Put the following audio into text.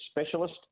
specialist